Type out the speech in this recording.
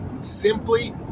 simply